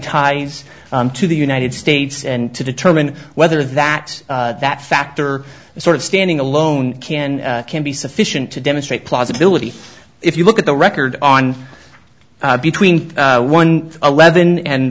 ties to the united states and to determine whether that that factor sort of standing alone can can be sufficient to demonstrate plausibility if you look at the record on between one eleven and